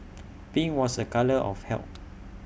pink was A colour of health